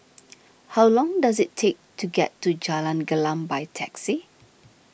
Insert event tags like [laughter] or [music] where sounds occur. [noise] how long does it take to get to Jalan Gelam by taxi